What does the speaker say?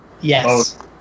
Yes